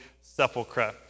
Sepulchre